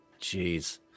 Jeez